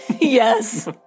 Yes